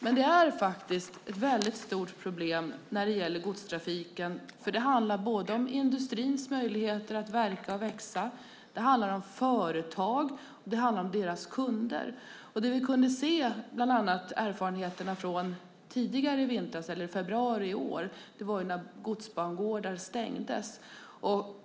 Men förseningar är faktiskt en mycket stort problem för godstrafiken, för det handlar om industrins möjligheter att verka och växa, det handlar om företag, och det handlar om deras kunder. Vi fick erfarenheter i februari i år, när godsbangårdar stängdes.